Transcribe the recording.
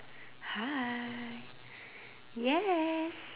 hi yes